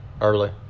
early